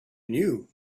knew